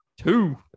Two